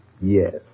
yes